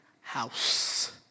house